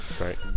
right